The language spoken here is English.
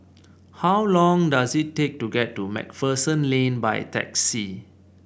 how long does it take to get to MacPherson Lane by taxi